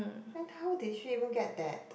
then how did she even get that